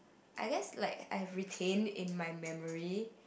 I guess like I retained in my memory